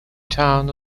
town